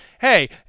hey